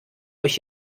euch